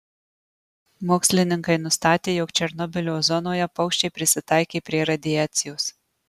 mokslininkai nustatė jog černobylio zonoje paukščiai prisitaikė prie radiacijos